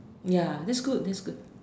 ya that's good that's good